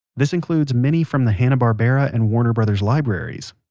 this includes many from the hanna-barbera and warner brothers' libraries.